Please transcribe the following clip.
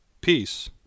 Peace